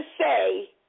say